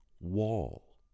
wall